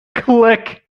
click